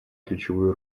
ключевую